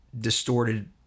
distorted